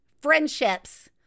friendships